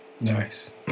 Nice